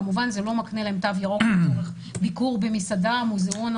כמובן שזה לא מקנה להם תו ירוק לצורך ביקור במסעדה או מוזיאון.